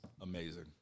Amazing